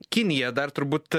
kinija dar turbūt